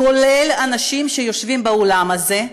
כולל אנשים שיושבים באולם הזה,